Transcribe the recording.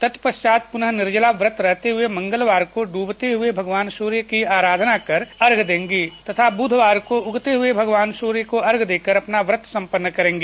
तत्पश्चात् पुनः निर्जला व्रत रहते हुए मंगलवार को डूबते हुए भगवान सूर्य की आराधना कर अर्घ्य देंगी तथा बुधवार को उगते हुए भगवान सूर्य को अर्ध्य देकर अपना व्रत सम्पन्न करेंगी